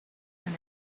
and